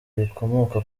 rikomoka